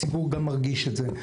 הציבור גם מרגיש את זה.